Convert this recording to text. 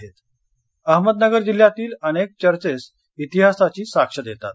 नाताळ अहमदनगर अहमदनगर जिल्ह्यातील अनेक चर्चेस इतिहासाची साक्ष देतात